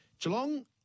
Geelong